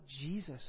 Jesus